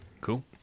Cool